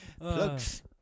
Plugs